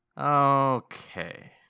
Okay